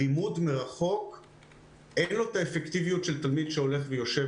לימוד מרחוק אין לו את האפקטיביות של תלמיד שיושב